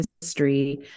history